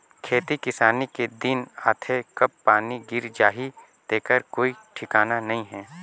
खेती किसानी के दिन आथे कब पानी गिर जाही तेखर कोई ठिकाना नइ हे